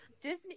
Disney